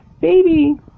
Baby